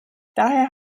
daher